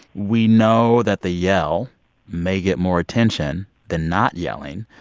we know that the yell may get more attention than not yelling,